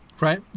right